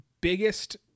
biggest